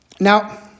Now